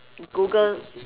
google